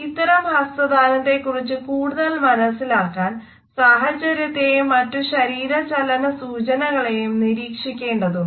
ഇത്തരം ഹസ്തദാനത്തെക്കുറിച്ചു കൂടുതൽ മനസിലാക്കാൻ സാഹചര്യത്തെയും മറ്റു ശരീര ചലന സൂചനകളെയും നിരീക്ഷിക്കേണ്ടതുണ്ട്